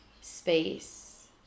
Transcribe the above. space